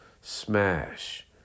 smash